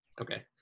Okay